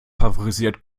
favorisiert